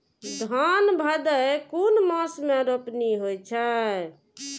धान भदेय कुन मास में रोपनी होय छै?